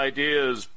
Ideas